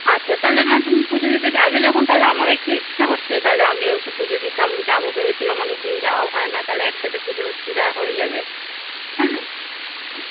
আচ্ছা তাহলে না তুমি পুজো দিতে যাবে যখন তাহলে আমারও একটু ইচ্ছা হচ্ছে তাহলে আমিও একটু পুজো দিতাম যাবো ভেবেছিলাম অনেক দিন যাওয়াও হয় না তাহলে একসাথে পুজো দেওয়া হয়ে যাবে হ্যাঁ